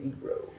zero